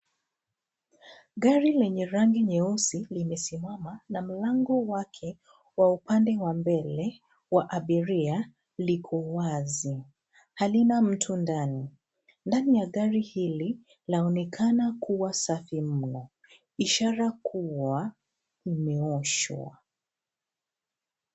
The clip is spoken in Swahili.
Gari lenye rangi nyeusi limesimama na mlango wake wa upande wa mbele wa abiria liko wazi. Halina mtu ndani. Ndani ya gari hili, laonekana kuwa safi mno. Ishara kuwa imeoshwa.